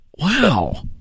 Wow